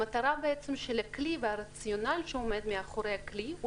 המטרה של הכלי והרציונל שעומד מאחורי הכלי הוא